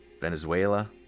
Venezuela